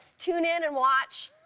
tune in and watch